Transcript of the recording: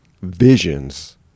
visions